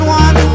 one